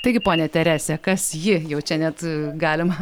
taigi ponia terese kas ji jau čia net galima